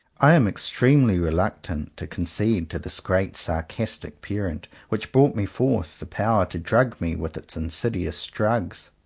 i am extremely reluctant to con cede to this great sarcastic parent which brought me forth, the power to drug me with its insidious drugs.